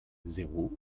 zéro